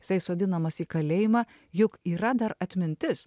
jisai sodinamas į kalėjimą juk yra dar atmintis